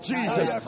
Jesus